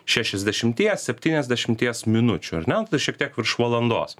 šešiasdešimties septyniasdešimties minučių ar ne nu tai šiek tiek virš valandos